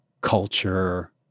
culture